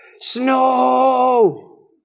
snow